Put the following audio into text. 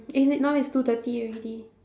is it now is two thirty already